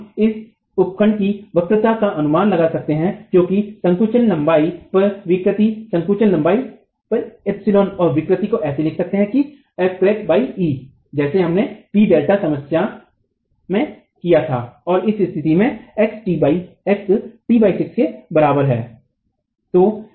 और हम इस समय उपखंड की वक्रता का अनुमान लगा सकते हैं क्योंकि संकुचित लंबाई पर विकृति संकुचित लंबाई पर ɛ और विकृति को ऐसे लिख सकते है की E जेसे हमने P डेल्टा समस्या में किया था और इस स्थिति में x t6 के बराबर है